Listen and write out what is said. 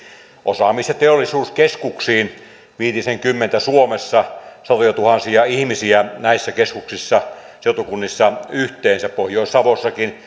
osaamis ja teollisuuskeskuksiin viitisenkymmentä suomessa satojatuhansia ihmisiä näissä keskuksissa seutukunnissa yhteensä pohjois savossakin